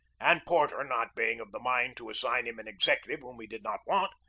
and porter not being of the mind to assign him an executive whom he did not want,